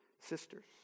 sisters